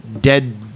dead